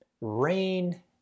rain